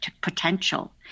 potential